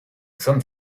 some